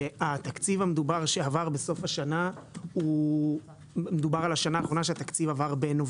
התקציב המדובר שעבר בסוף השנה האחרונה בנובמבר